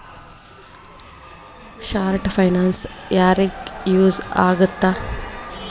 short finance ಯಾರಿಗ use ಆಗತ್ತಾ